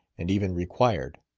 and even required.